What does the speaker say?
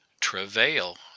travail